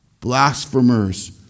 blasphemers